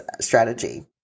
strategy